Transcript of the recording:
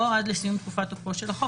או עד לסיום תקופת תוקפו של החוק,